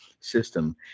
system